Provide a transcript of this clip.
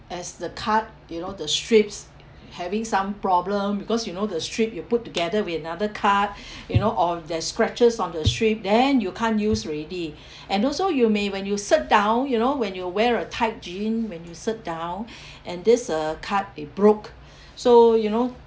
as the card you know the strips having some problem because you know the strip you put together with another card you know or there's scratches on the strip then you can't use already and also you may when you sit down you know when you wear a tight jean when you sit down and this uh card it broke so you know